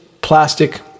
plastic